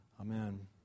Amen